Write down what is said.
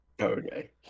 okay